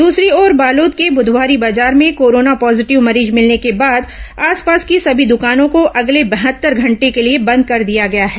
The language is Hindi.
दूसरी ओर बालोद के बुधवारी बाजार में कोरोना पॉजिटिव मरीज मिलने के बाद आसपास की सभी दुकानों को अगले बहत्तर घंटे के लिए बंद कर दिया गया है